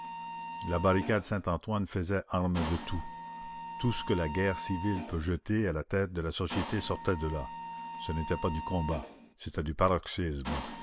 la barricade saint-antoine faisait arme de tout tout ce que la guerre civile peut jeter à la tête de la société sortait de là ce n'était pas du combat c'était du paroxysme